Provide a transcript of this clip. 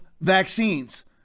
vaccines